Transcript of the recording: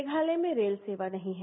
मेघालय में रेल सेवा नहीं है